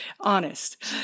honest